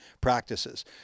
practices